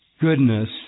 goodness